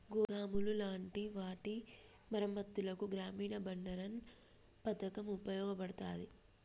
గోదాములు లాంటి వాటి మరమ్మత్తులకు గ్రామీన బండారన్ పతకం ఉపయోగపడతాది